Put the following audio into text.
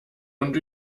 und